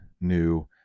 new